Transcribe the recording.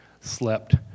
slept